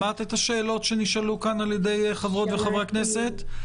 שמעת את השאלות שנשאלו על-ידי חברי הכנסת?